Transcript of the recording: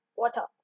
water